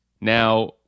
now